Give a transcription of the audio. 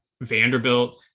Vanderbilt